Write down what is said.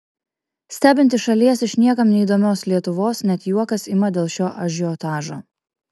stebint iš šalies iš niekam neįdomios lietuvos net juokas ima dėl šio ažiotažo